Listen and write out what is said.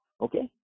okay